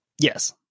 yes